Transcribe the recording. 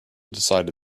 decided